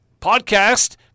Podcast